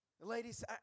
ladies